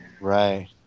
Right